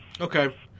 Okay